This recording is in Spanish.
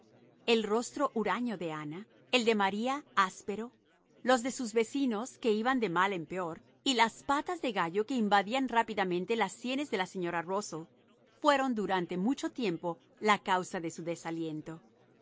el rostro huraño de ana el de maría áspero los de sus vecinos que iban de mal en peor y las patas de gallo que invadían rápidamente las sienes de la señora de busell fueron durante mucho tiempo la causa de su desaliento